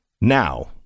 now